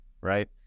right